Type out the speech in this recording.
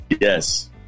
Yes